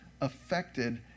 affected